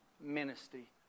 ministry